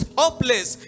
hopeless